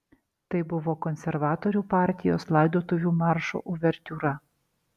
tai buvo konservatorių partijos laidotuvių maršo uvertiūra